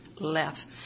left